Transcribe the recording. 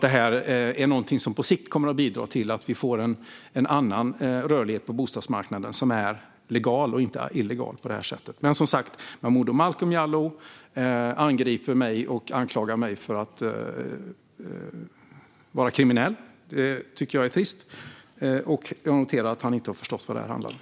Det kommer på sikt att bidra till en annan rörlighet på bostadsmarknaden, som blir legal och inte illegal. Momodou Malcolm Jallow angriper mig och anklagar mig för att vara kriminell. Det är trist. Jag noterar att han inte har förstått vad det här handlar om.